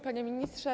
Panie Ministrze!